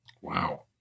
Wow